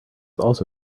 also